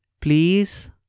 please